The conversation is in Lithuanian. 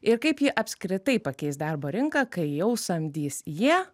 ir kaip ji apskritai pakeis darbo rinką kai jau samdys jie